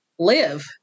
live